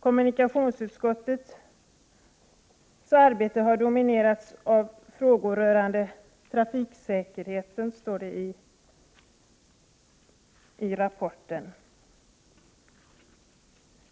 Kommunikationsutskottets arbete har dominerats av frågor rörande trafiksäkerheten, står det i rapporten.